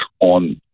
on